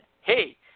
hey